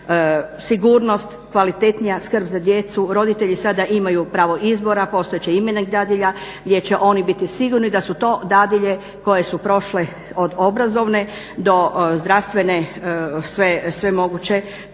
sigurnost, kvalitetnija skrb za djecu. Roditelji sada imaju pravo izbora postojat će imenik dadilja gdje će oni biti sigurni da su to dadilje koje su prošle od obrazovne do zdravstvene sve moguće,